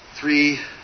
three